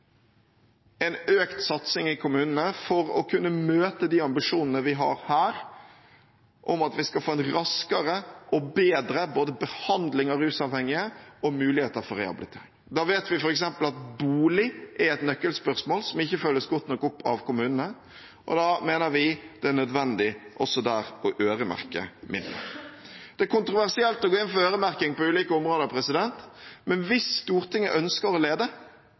en økt satsing i kommunene for å kunne møte de ambisjonene vi har her, om at vi både skal få en raskere og bedre behandling av rusavhengige og muligheter for rehabilitering. Der vet vi at bolig er et nøkkelspørsmål som ikke følges godt nok opp av kommunene, og da mener vi det er nødvendig også der å øremerke midler. Det er kontroversielt å gå inn for øremerking på ulike områder, men hvis Stortinget ønsker å lede,